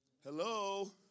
Hello